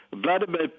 Vladimir